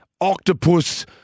octopus